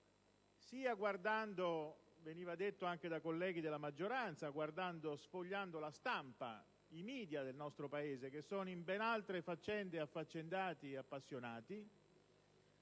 direbbe - come veniva detto anche dai colleghi della maggioranza - sfogliando la stampa, i *media* del nostro Paese, che sono in ben altre faccende affaccendati e appassionati;